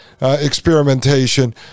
experimentation